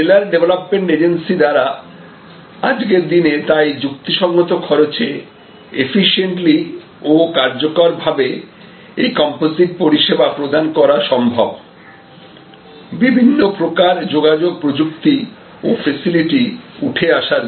seller development agency দ্বারা আজকের দিনে তাই যুক্তিসঙ্গত খরচে এফিশিয়েন্টলি ও কার্যকরী ভাবে এই কম্পোজিট পরিষেবা প্রদান করা সম্ভব বিভিন্ন প্রকার যোগাযোগ প্রযুক্তি ও ফেসিলিটি উঠে আসার জন্য